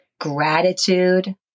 gratitude